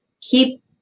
keep